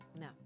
No